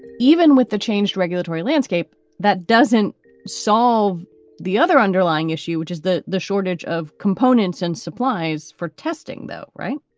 even with the changed regulatory landscape, that doesn't solve the other underlying issue, which is that the shortage of components and supplies for testing, though, right?